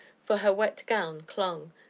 for her wet gown clung,